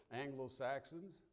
Anglo-Saxons